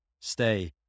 Stay